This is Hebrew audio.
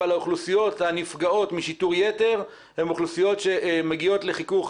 אבל האוכלוסיות הנפגעות משיטור יתר הן אוכלוסיות שמגיעות לחיכוך